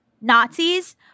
nazis